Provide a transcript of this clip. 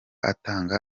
atanga